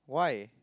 why